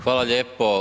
Hvala lijepo.